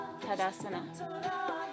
Tadasana